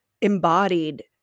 embodied